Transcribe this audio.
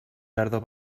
tardor